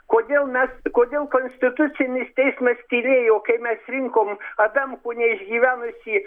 kodėl mes kodėl konstitucinis teismas tylėjo kai mes rinkom adamkų neišgyvenusį